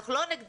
אנחנו לא נגדכם.